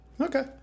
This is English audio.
Okay